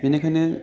बेनिखायनो